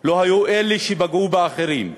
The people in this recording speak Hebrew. לא היו אלה שפגעו באחרים,